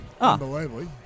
Unbelievably